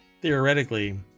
theoretically